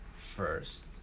first